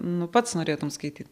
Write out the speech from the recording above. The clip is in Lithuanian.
nu pats norėtum skaityt